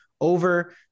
over